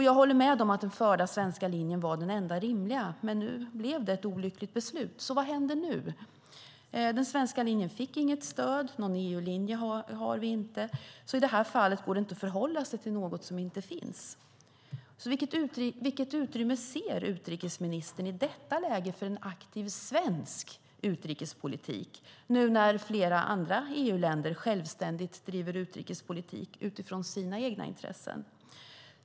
Jag håller med om att den förda svenska linjen var den enda rimliga, men nu blev det ett olyckligt beslut. Vad händer nu? Den svenska linjen fick inget stöd. Någon EU-linje har vi inte. Det går inte att förhålla sig till något som inte finns. Vilket utrymme ser utrikesministern i detta läge för en aktiv svensk utrikespolitik när flera andra EU-länder nu självständigt driver utrikespolitik utifrån sina egna intressen?